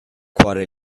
cuore